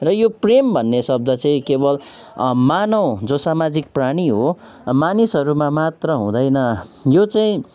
र यो प्रेम भन्ने शब्द चाहिँ केवल मानव जो सामाजिक प्राणी हो मानिसहरूमा मात्र हुँदैन यो चाहिँ